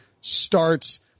starts